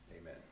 amen